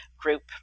group